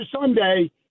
Sunday